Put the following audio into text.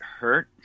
hurt